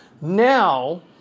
now